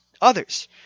others